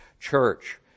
church